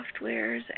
Softwares